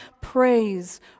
praise